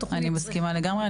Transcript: אני מסכימה לגמרי.